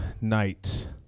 night